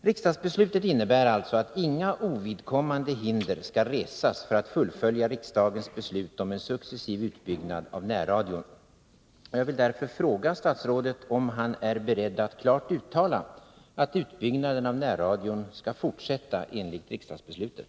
Riksdagsbeslutet innebär alltså att inga ovidkommande hinder skall resas för fullföljandet av riksdagens beslut om en successiv utbyggnad av närradion. Jag vill därför fråga statsrådet om han är beredd att klart uttala att utbyggnaden av närradion skall fortsätta enligt riksdagsbeslutet.